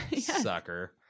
Sucker